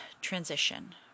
transition